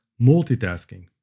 multitasking